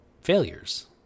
failures